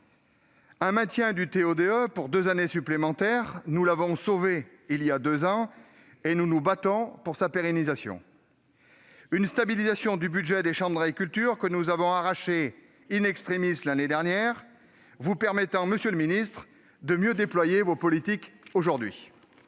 un maintien du dispositif TO-DE pour deux années supplémentaires - nous l'avions sauvé voilà deux ans et nous nous battons pour sa pérennisation -, une stabilisation du budget des chambres d'agriculture, que nous avons arrachée l'année dernière, vous permettant, monsieur le ministre, de mieux déployer votre politique aujourd'hui,